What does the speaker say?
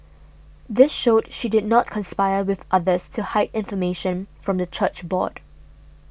this showed she did not conspire with others to hide information from the church board